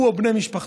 הוא או בני משפחתו.